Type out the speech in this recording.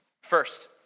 First